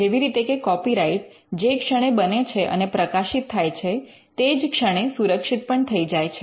જેવી રીતે કે કૉપીરાઇટ્ જે ક્ષણે બને છે અને પ્રકાશિત થાય છે તે જ ક્ષણે સુરક્ષિત પણ થઈ જાય છે